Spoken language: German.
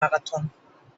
marathon